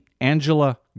Angela